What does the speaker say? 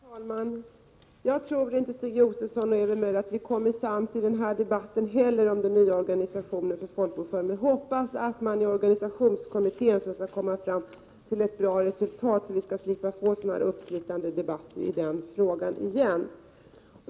Herr talman! Jag tror inte, Stig Josefson och Ewy Möller, att vi kan komma sams i den här debatten heller om den nya organisationen för folkbokföringen. Men jag hoppas att man i organisationskommittén skall komma fram till ett bra resultat, så att vi slipper få en sådan här uppslitande debatt i den här frågan igen.